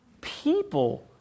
people